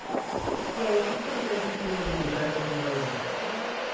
okay. so i'm just gonna go briefly over the agenda of things that we're gonna talk about.